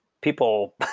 people